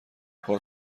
کار